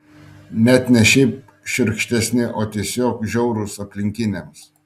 net ne šiaip šiurkštesni o tiesiog žiaurūs aplinkiniams